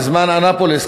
בזמן אנאפוליס,